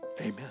Amen